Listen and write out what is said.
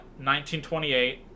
1928